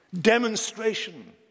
demonstration